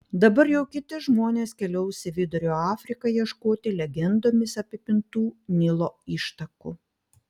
dabar jau kiti žmonės keliaus į vidurio afriką ieškoti legendomis apipintų nilo ištakų